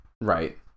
Right